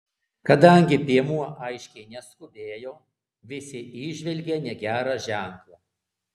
kadangi piemuo aiškiai neskubėjo visi įžvelgė negerą ženklą